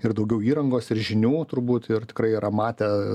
ir daugiau įrangos ir žinių turbūt ir tikrai yra matę